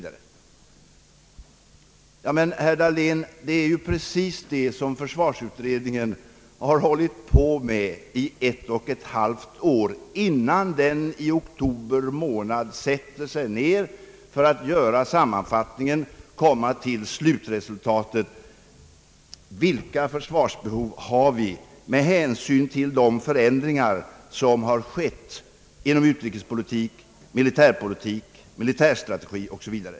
Ja, herr Dahlén, det är ju precis vad försvarsutredningen har hållit på med 1 ett och ett halvt år innan den i oktober månad satte sig ned för att göra sammanfattningen och komma till slutresultatet: Vilka försvarsbehov har vi med hänsyn till de förändringar som har skett inom utrikespolitik, militärpolitik, militärstrategi o. s. v.?